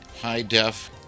high-def